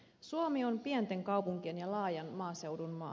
suomi on pienten kaupunkien ja laajan maaseudun maa